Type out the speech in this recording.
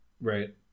Right